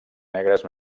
negres